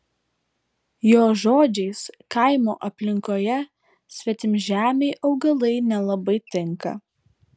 jo žodžiais kaimo aplinkoje svetimžemiai augalai nelabai tinka